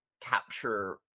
capture